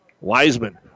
Wiseman